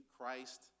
Christ